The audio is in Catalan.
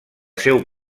seu